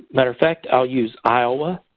matter of fact, i'll use iowa.